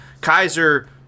Kaiser